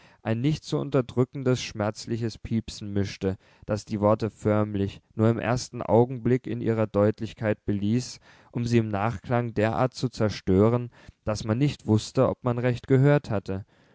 ein nicht zu unterdrückendes schmerzliches piepsen mischte das die worte förmlich nur im ersten augenblick in ihrer deutlichkeit beließ um sie im nachklang derart zu zerstören daß man nicht wußte ob man recht gehört hatte